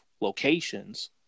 locations